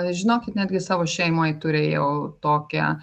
žinokit netgi savo šeimoj turėjau tokią